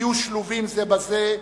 יהיו שלובים זה בזה,